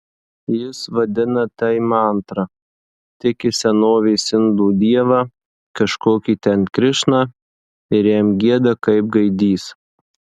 jis vadina tai mantra tiki senovės indų dievą kažkokį ten krišną ir jam gieda kaip gaidys